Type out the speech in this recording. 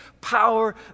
power